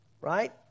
right